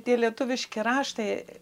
tie lietuviški raštai